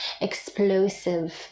explosive